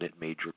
major